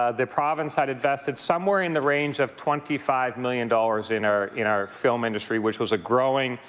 ah the province had invested somewhere in the range of twenty five million dollars in our in our film industry, which was a growing,